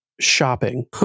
Shopping